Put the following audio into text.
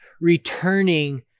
returning